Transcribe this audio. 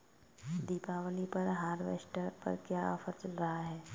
दीपावली पर हार्वेस्टर पर क्या ऑफर चल रहा है?